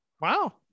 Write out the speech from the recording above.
Wow